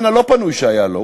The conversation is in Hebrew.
בזמן הלא-פנוי שהיה לו,